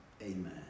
Amen